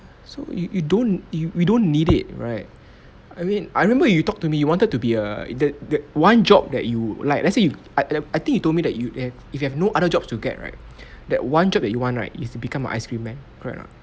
so you you don't we don't need it right I mean I remember you talked to me you wanted to be a the the one job that you like let's say you I I think you told me that you if you have no other job to get right that one job that you want right is to become an ice cream man right or not